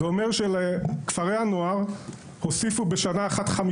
זה אומר שלכפרי הנוער הוסיפו בשנה אחת 5